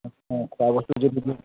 অঁ খোৱাবস্তু যদি দিয়ে